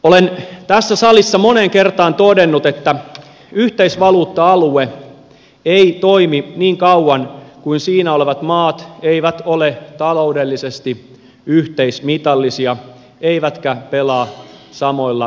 olen tässä salissa moneen kertaan todennut että yhteisvaluutta alue ei toimi niin kauan kuin siinä olevat maat eivät ole taloudellisesti yhteismitallisia eivätkä pelaa samoilla säännöillä